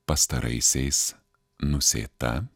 pastaraisiais nusėta